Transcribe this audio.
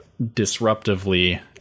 disruptively